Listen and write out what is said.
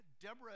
Deborah